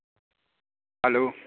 hello